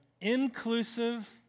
inclusive